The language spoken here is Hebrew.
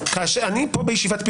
-- ואותה אני רוצה לרסן.